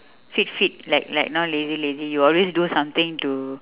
keep fit like like not lazy lazy you will always do something to